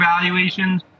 valuations